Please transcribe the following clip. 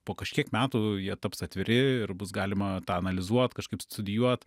po kažkiek metų jie taps atviri ir bus galima tą analizuot kažkaip studijuot